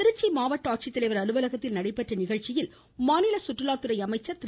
திருச்சி மாவட்ட ஆட்சித்தலைவர் அலுவலகத்தில் நடைபெற்ற நிகழ்ச்சியில் மாநில சுற்றுலாத்துறை அமைச்சர் திரு